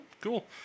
cool